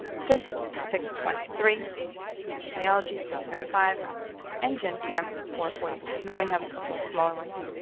physics six twenty three biology six so five and gen chem four forty five and then we have a couple of smaller ones.